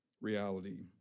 reality